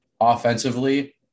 offensively